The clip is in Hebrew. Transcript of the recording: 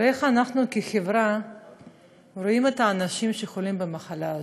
ואיך אנחנו כחברה רואים את האנשים שחולים במחלה הזאת?